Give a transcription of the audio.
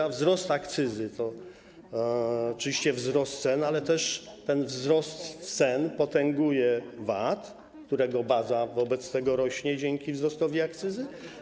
A wzrost akcyzy to oczywiście wzrost cen, ale też ten wzrost cen potęguje VAT, którego baza wobec tego rośnie dzięki wzrostowi akcyzy.